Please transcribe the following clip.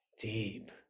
Deep